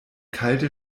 kalte